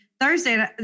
Thursday